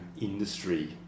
industry